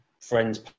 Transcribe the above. friend's